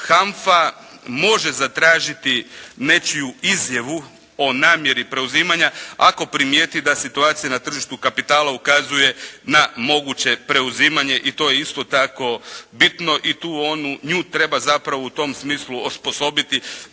HANFA može zatražiti nečiju izjavu o namjeri preuzimanja ako primijeti da situacija na tržištu kapitala ukazuje na moguće preuzimanje, i to je isto tako bitno i nju treba zapravo u tom smislu osposobiti